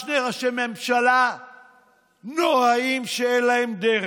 שני ראשי ממשלה נוראיים שאין להם דרך.